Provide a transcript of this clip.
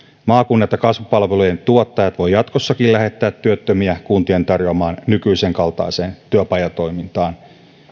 maakunnat ja kasvupalvelujen tuottajat voivat jatkossakin lähettää työttömiä kuntien tarjoamaan nykyisen kaltaiseen työpajatoimintaan